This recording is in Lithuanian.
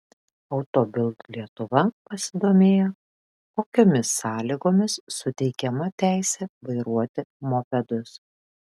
auto bild lietuva pasidomėjo kokiomis sąlygomis suteikiama teisė vairuoti mopedus